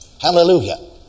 Hallelujah